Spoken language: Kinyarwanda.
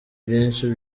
byinshi